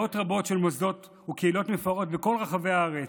מאות רבות של מוסדות וקהילות מפוארות בכל רחבי הארץ,